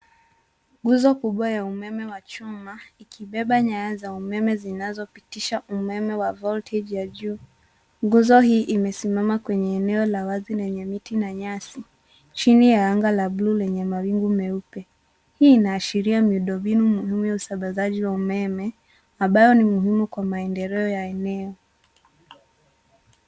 Nguzo kubwa ya umeme wa chuma ikibeba nyaya za umeme zinazopitisha umeme wa voltage ya juu. Nguzo hii imesimama kwenye eneo la wazi lenye miti na nyasi. Chini ya anga la blue lenye mawingu meupe. Hii inaashiria miundo mbinu muhimu ya usamabazaji wa umeme ambayo ni muhimu kwa maendeleo ya maeneo.